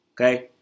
Okay